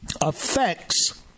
affects